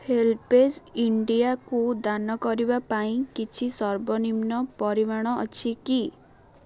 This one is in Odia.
ହେଲ୍ପେଜ୍ ଇଣ୍ଡିଆକୁ ଦାନ କରିବା ପାଇଁ କିଛି ସର୍ବନିମ୍ନ ପରିମାଣ ଅଛି କି